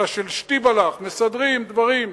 אלא של שטיבלך, מסדרים דברים.